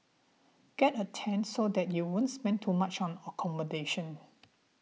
get a tent so that you won't spend too much on accommodations